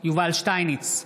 יובל שטייניץ,